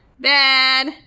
bad